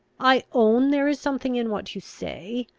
i own there is something in what you say.